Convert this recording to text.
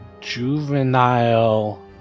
juvenile